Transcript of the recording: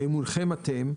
באמונכם אתם,